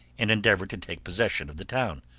and endeavor to take possession of the town.